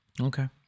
Okay